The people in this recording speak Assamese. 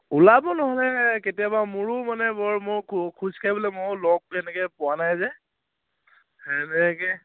ওলাব নহ'লে কেতিয়াবা মোৰো মানে বৰ মোৰ খো খোজকাঢ়িবলৈ মইয়ো লগ তেনেকৈ পোৱা নাই যে সেনেকৈ